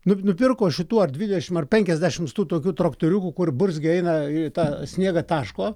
nu nupirko šituo dvidešimt ar penkiasdešimt tų tokių traktoriukų kur burzgė eina į tą sniegą taško